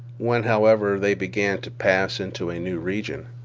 when, however, they began to pass into a new region,